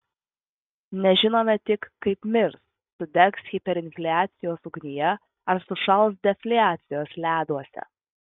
nežinome tik kaip mirs sudegs hiperinfliacijos ugnyje ar sušals defliacijos leduose